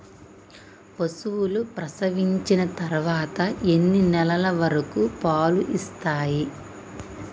పశువులు ప్రసవించిన తర్వాత ఎన్ని నెలల వరకు పాలు ఇస్తాయి?